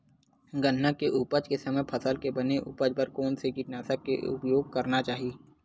गन्ना के उपज के समय फसल के बने उपज बर कोन से कीटनाशक के उपयोग करना चाहि?